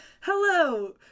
Hello